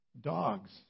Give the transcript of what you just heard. Dogs